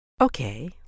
Okay